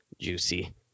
juicy